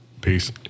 Peace